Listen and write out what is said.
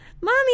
mommy